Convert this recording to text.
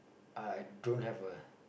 I don't have a